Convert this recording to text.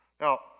Now